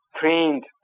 trained